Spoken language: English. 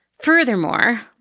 Furthermore